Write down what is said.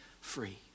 free